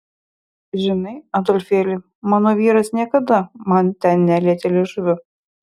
žinai adolfėli mano vyras niekada man ten nelietė liežuviu